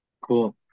Cool